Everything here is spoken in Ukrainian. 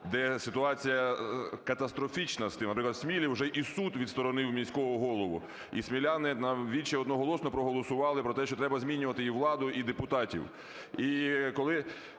де ситуація катастрофічна. Наприклад, в Смілі вже і суд відсторонив міського голову. І сміляни нам у вічі одноголосно проголосували про те, що треба змінювати і владу, і депутатів.